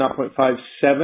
0.57